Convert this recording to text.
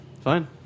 Fine